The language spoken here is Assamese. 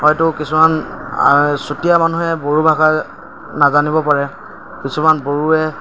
হয়তো কিছুমান চুতীয়া মানুহে বড়ো ভাষা নাজানিব পাৰে কিছুমান বড়োৱে